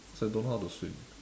cause I don't know how to swim